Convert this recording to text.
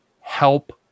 help